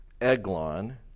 Eglon